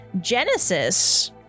Genesis